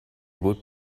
would